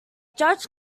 judge